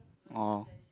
orh